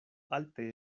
alte